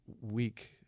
week